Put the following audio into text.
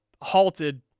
halted